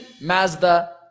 Mazda